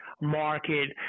market